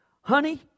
honey